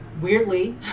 Weirdly